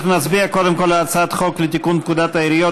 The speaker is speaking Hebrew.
אנחנו נצביע קודם כול על הצעת חוק לתיקון פקודת העיריות